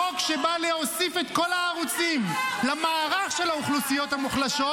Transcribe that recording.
חוק שבא להוסיף את כל הערוצים למערך של האוכלוסיות המוחלשות,